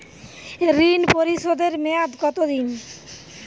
ঋণ পরিশোধের মেয়াদ কত দিন?